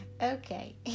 okay